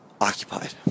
occupied